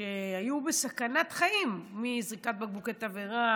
שהיו בסכנת חיים מזריקת בקבוקי תבערה,